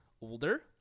older